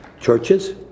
churches